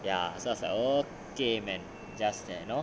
ya so I was like okay man